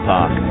Park